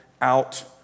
out